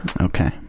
okay